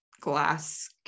glass